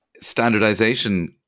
standardization